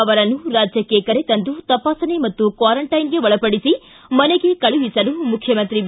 ಅವರನ್ನು ರಾಜ್ಯಕ್ಕೆ ಕರೆತಂದು ತಪಾಸಣೆ ಮತ್ತು ಕ್ವಾರಂಟೈನ್ಗೆ ಒಳಪಡಿಸಿ ಮನೆಗೆ ಕಳುಹಿಸಲು ಮುಖ್ಯಮಂತ್ರಿ ಬಿ